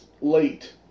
late